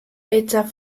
echa